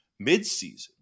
midseason